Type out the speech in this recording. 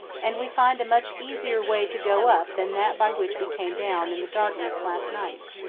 and we find a much easier way to go up than that by which we came down in the darkness last night.